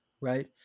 right